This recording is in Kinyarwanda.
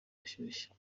ashyushye